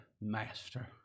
Master